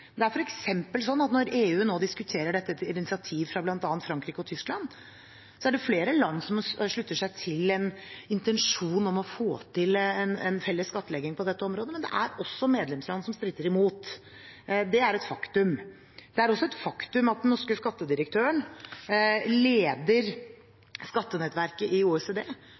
Det er f.eks. slik at når EU diskuterer dette etter initiativ fra bl.a. Frankrike og Tyskland, er det flere land som slutter seg til en intensjon om å få til en felles skattlegging på dette området, men det er også medlemsland som stritter imot. Det er et faktum. Det er også et faktum at den norske skattedirektøren leder skattenettverket i OECD.